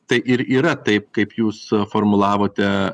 tai ir yra taip kaip jūs a formulavote